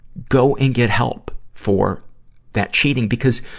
go and get help for that cheating. because,